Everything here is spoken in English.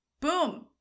Boom